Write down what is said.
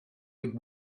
would